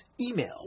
Email